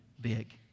big